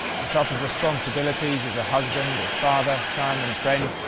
on top of responsibilities as a husband, or father, son, and friend,